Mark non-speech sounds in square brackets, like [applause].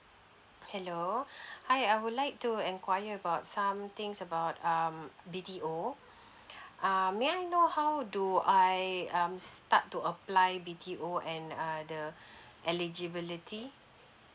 hello [breath] hi I would like to enquire about some things about um B_T_O [breath] err may I know how do I um start to apply B_T_O and uh the eligibility